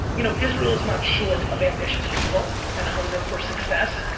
you know israel is not short of ambitious people and hunger for success,